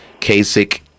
Kasich